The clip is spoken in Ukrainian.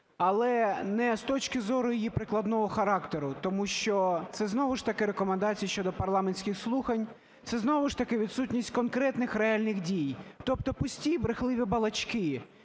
але не з точки зору її прикладного характеру, тому що це знову ж таки рекомендації щодо парламентських слухань, це знову ж таки відсутність конкретних реальних дій, тобто пусті брехливі балачки,